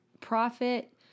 profit